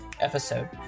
episode